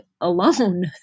alone